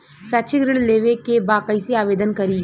शैक्षिक ऋण लेवे के बा कईसे आवेदन करी?